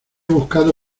buscado